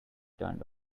turned